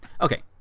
Okay